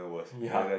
ya